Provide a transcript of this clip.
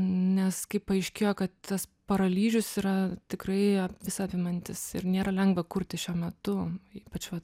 nes kaip paaiškėjo kad tas paralyžius yra tikrai visa apimantis ir nėra lengva kurti šiuo metu ypač va